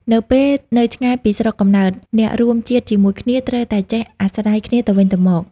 នៅពេលនៅឆ្ងាយពីស្រុកកំណើត អ្នករួមជាតិជាមួយគ្នាត្រូវតែចេះអាស្រ័យគ្នាទៅវិញទៅមក។